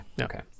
okay